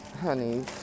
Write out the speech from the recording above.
Honey